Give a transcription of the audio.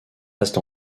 reste